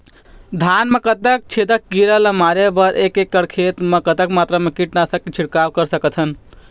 धान मा कतना छेदक कीरा ला मारे बर एक एकड़ खेत मा कतक मात्रा मा कीट नासक के छिड़काव कर सकथन?